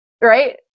right